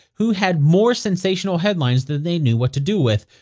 who had more sensational headlines than they knew what to do with.